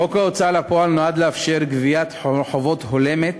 חוק ההוצאה לפועל נועד לאפשר גביית חובות הולמת